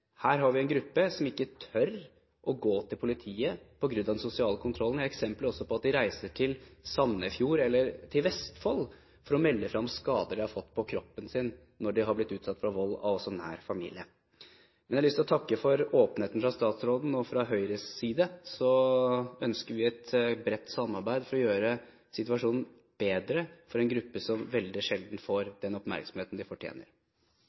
Her har vi en gruppe som ikke tør å gå til politiet på grunn av den sosiale kontrollen. Det er eksempler på at de reiser til Sandefjord og Vestfold for å melde fra om skader de har fått på kroppen etter å ha blitt utsatt for vold fra nær familie. Men jeg har lyst til å takke for åpenheten fra statsråden. Fra Høyres side ønsker vi et bredt samarbeid for å gjøre situasjonen bedre for en gruppe som veldig sjelden får den oppmerksomheten den fortjener.